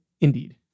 Indeed